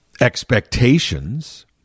expectations